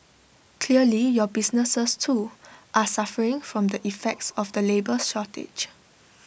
clearly your businesses too are suffering from the effects of the labour shortage